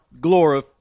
glory